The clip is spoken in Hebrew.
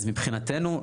אז מבחינתנו,